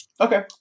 Okay